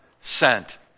sent